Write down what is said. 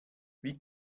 wie